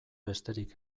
besterik